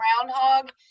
groundhog